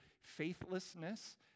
faithlessness